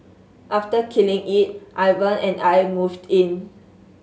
after killing it Ivan and I moved in